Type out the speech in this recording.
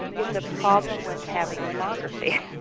it's a problem with having mammography.